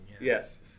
Yes